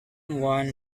won